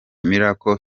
miracle